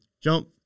Jump